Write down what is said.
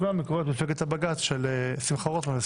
לקרוא את הספר "מפלגת הבג"צ" של שמחה רוטמן.